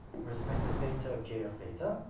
respect to theta of j of theta,